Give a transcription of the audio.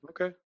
okay